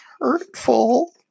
Hurtful